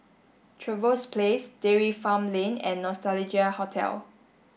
Trevose Place Dairy Farm Lane and Nostalgia Hotel